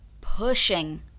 pushing